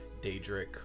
Daedric